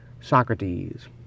Socrates